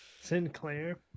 Sinclair